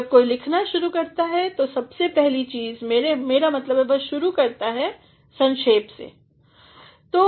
जब कोई लिखना शुरू करता है सबसे पहली चीज़ मेरा मतलब वह शुरू करता है एक संक्षेप से